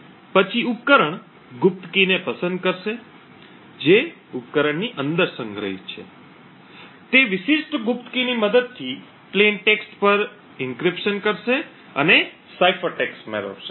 પછી ઉપકરણ ગુપ્ત કી ને પસંદ કરશે જે ઉપકરણની અંદર સંગ્રહિત છે તે વિશિષ્ટ ગુપ્ત કીની મદદથી પ્લેટ ટેક્સ્ટ પર એન્ક્રિપ્શન કરશે અને સાઇફર ટેક્સ્ટ મેળવશે